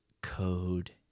code